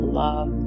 love